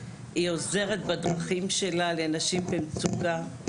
היא עוזרת בדרכים שלה לנשים במצוקה,